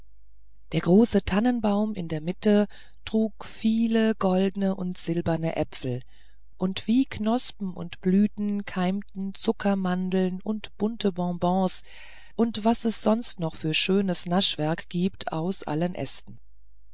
der große tannenbaum in der mitte trug viele goldne und silberne äpfel und wie knospen und blüten keimten zuckermandeln und bunte bonbons und was es sonst noch für schönes naschwerk gibt aus allen ästen